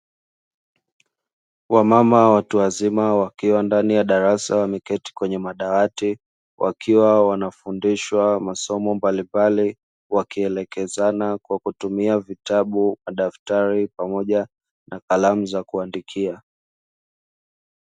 Wamama watu wazima wakiwa ndani ya darasa wameketi kwenye madawati, wakiwa wanafundishwa masomo mbalimbali, wakielekezana kwa kutumia vitabu, madaftari pamoja na kalamu za kuandikia.